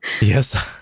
yes